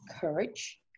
courage